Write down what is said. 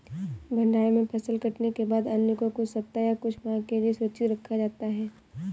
भण्डारण में फसल कटने के बाद अन्न को कुछ सप्ताह या कुछ माह के लिये सुरक्षित रखा जाता है